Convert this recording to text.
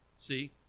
see